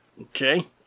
Okay